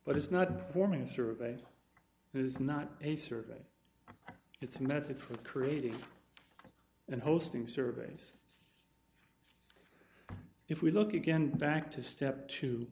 but it's not forming a survey is not a survey it's a method for creating and hosting surveys so if we look again back to step t